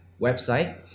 website